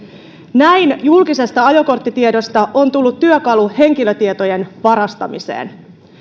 näin julkisesta ajokorttitiedosta on tullut työkalu henkilötietojen varastamiseen